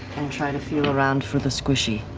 and try to feel around for the squishy.